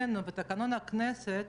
מה הצעת החוק הזאת?